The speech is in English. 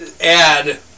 add